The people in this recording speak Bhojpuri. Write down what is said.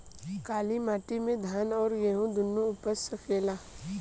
काली माटी मे धान और गेंहू दुनो उपज सकेला?